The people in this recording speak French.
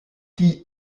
qui